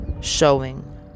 showing